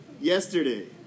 Yesterday